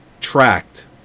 tracked